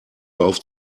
auf